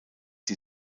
die